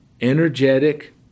energetic